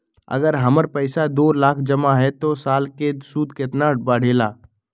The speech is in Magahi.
अगर हमर पैसा दो लाख जमा है त साल के सूद केतना बढेला?